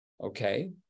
Okay